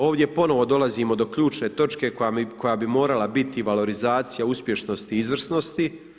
Ovdje ponovo dolazimo do ključne točke koja bi morala biti valorizacija uspješnosti izvrsnosti.